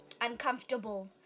uncomfortable